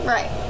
Right